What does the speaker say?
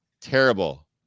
terrible